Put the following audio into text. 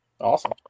Awesome